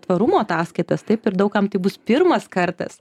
tvarumo ataskaitas taip ir daug kam tai bus pirmas kartas